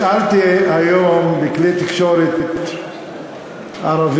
נשאלתי היום בכלי התקשורת הערביים,